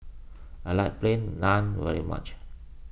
I like Plain Naan very much